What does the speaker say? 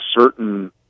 certain